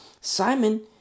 Simon